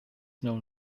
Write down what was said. known